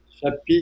chapitre